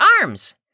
arms